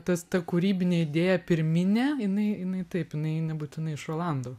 tas ta kūrybinė idėja pirminė jinai jinai taip jinai nebūtinai iš rolando